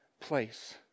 place